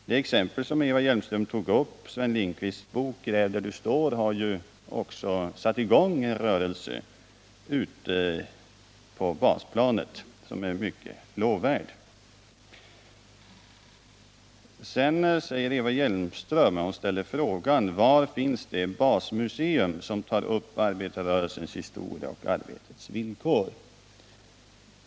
Det exempel som Eva Hjelmström tog upp, Sven Lindqvists bok Gräv där du står, har ju också satt i gång en rörelse ute på basplanet som är mycket lovvärd. Eva Hjelmström ställde frågan: Var finns det basmuseum som tar upp arbetarrörelsens historia och arbetets villkor?